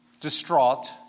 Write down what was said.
distraught